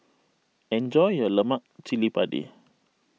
enjoy your Lemak Cili Padi